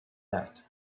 left